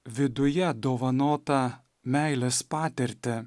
viduje dovanotą meilės patirtį